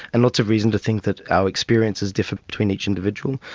and lots of reasons to think that our experiences differ between each individual,